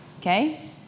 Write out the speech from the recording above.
Okay